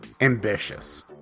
ambitious